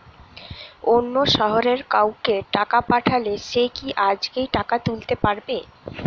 অন্য শহরের কাউকে টাকা পাঠালে সে কি আজকেই টাকা তুলতে পারবে?